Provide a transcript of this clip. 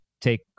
take